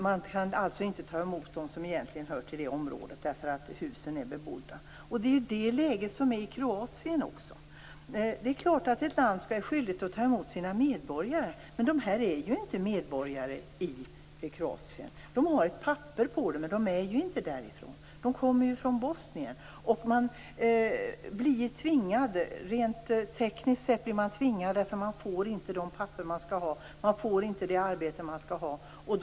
Man kan inte ta emot dem som egentligen hör till det området eftersom husen är bebodda. Ett sådant läge råder också i Kroatien. Det är klart att ett land är skyldigt att ta emot sina medborgare, men de här personerna är inte medborgare i Kroatien. De har papper på det, men de är inte därifrån. De kommer ju från Bosnien. De har rent tekniskt sett hamnat i en tvångssituation, eftersom de inte får de papper och det arbete som de behöver.